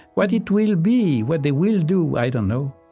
what it will be, what they will do, i don't know.